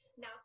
Now